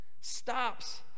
stops